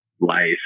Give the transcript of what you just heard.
life